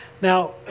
now